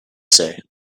say